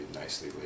nicely